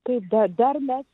tada dar mes